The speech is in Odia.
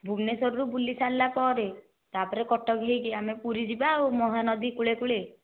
ଭୁବନେଶ୍ବରରୁ ବୁଲି ସାରିଲା ପରେ ତାପରେ କଟକ ହୋଇକି ଆମେ ପୁରୀ ଯିବା ଆଉ ମହାନଦୀ କୂଳେ କୂଳେ